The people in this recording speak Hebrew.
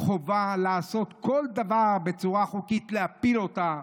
חובה לעשות כל דבר בצורה חוקית להפיל אותה,